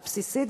הבסיסית.